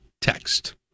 text